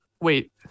Wait